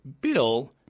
Bill –